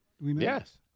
Yes